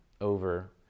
over